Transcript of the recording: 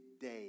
day